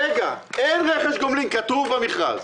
אין רכש גומלין כתוב במכרז.